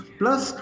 plus